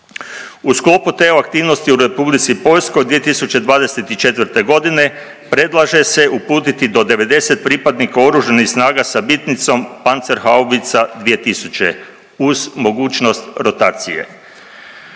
U sklopu te aktivnosti u Republici Poljskoj 2024. godine predlaže se uputiti do 90 pripadnika Oružanih snaga sa bitnicom, pancer haubica 2000 uz mogućnost rotacije.